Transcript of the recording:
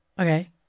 Okay